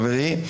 חברי,